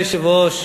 אדוני היושב-ראש,